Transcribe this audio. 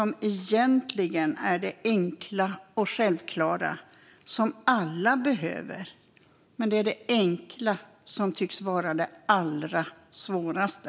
Men det enkla och självklara som alla behöver tycks vara det allra svåraste.